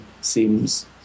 seems